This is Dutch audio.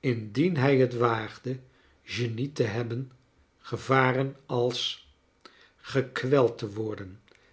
indien hij t waagde genie te hebben gevaren als gekweld te werden